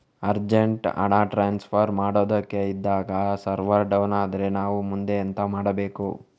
Urgent ಹಣ transfer ಮಾಡೋದಕ್ಕೆ ಇದ್ದಾಗ ಸರ್ವರ್ ಡೌನ್ ಆದರೆ ನಾವು ಮುಂದೆ ಎಂತ ಮಾಡಬೇಕು?